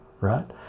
right